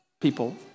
People